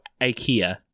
Ikea